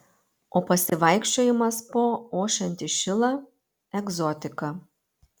o pasivaikščiojimas po ošiantį šilą egzotika